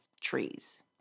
trees